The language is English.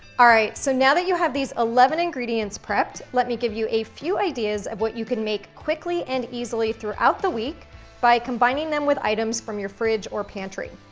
all right, so now that you have these eleven ingredients prepped, let me give you a few ideas of what you can make quickly and easily throughout the week by combining them with items from your fridge or pantry.